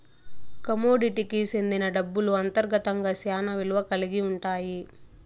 కమోడిటీకి సెందిన డబ్బులు అంతర్గతంగా శ్యానా విలువ కల్గి ఉంటాయి